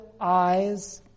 eyes